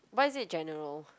why is it general